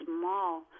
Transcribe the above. small